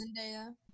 Zendaya